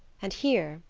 and here,